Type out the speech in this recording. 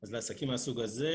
אז לעסקים מהסוג הזה.